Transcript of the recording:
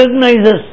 recognizes